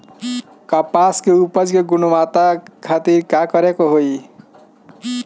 कपास के उपज की गुणवत्ता खातिर का करेके होई?